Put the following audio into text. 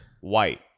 White